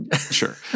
sure